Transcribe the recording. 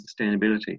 sustainability